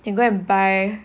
can go and buy